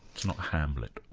it's not hamlet.